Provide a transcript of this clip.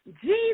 Jesus